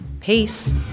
Peace